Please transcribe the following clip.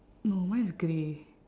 no mine is grey